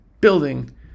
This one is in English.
building